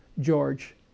George